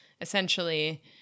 essentially